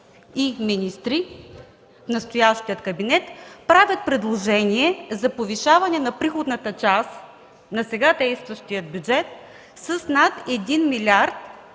и министри от настоящия кабинет, правят предложение за повишаване на приходната част на сега действащия бюджет с над млрд.